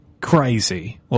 crazy